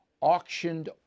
auctioned